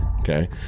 Okay